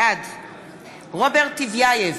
בעד רוברט טיבייב,